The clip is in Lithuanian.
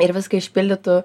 ir viską išpildytų